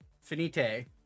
finite